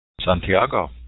Santiago